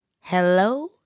Hello